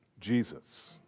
Jesus